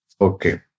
Okay